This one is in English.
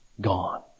gone